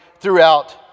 throughout